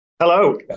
Hello